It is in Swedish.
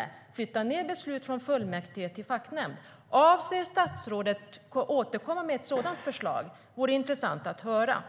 Man skulle kunna flytta beslut från fullmäktige till facknämnd. Avser statsrådet att återkomma med ett sådant förslag? Det vore intressant att höra.